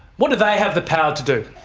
what do they have the power to do?